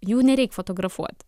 jų nereik fotografuot